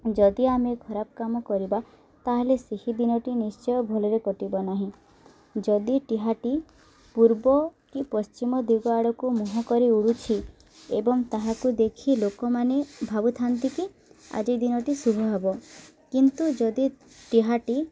ଯଦି ଆମେ ଖରାପ କାମ କରିବା ତା'ହେଲେ ସେହି ଦିନଟି ନିଶ୍ଚୟ ଭଲରେ କଟିବ ନାହିଁ ଯଦି ଟିହାଟି ପୂର୍ବ କି ପଶ୍ଚିମ ଦିଗ ଆଡ଼କୁ ମୁହଁ କରି ଉଡ଼ୁଛି ଏବଂ ତାହାକୁ ଦେଖି ଲୋକମାନେ ଭାବୁଥାନ୍ତି କି ଆଜି ଦିନଟି ଶୁଭ ହବ କିନ୍ତୁ ଯଦି ଟିହାଟି